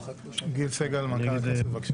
גיל סגל, מנכ"ל הכנסת, תודה.